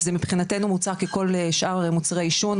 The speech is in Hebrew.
זה מבחינתו מוצר ככול שאר מוצרי העישון,